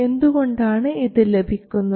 എന്തുകൊണ്ടാണ് ഇത് ലഭിക്കുന്നത്